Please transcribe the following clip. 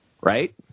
Right